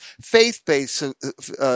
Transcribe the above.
faith-based